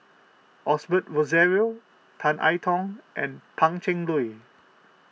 Osbert Rozario Tan I Tong and Pan Cheng Lui